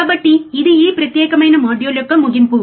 కాబట్టి ఇది ఈ ప్రత్యేకమైన మాడ్యూల్ యొక్క ముగింపు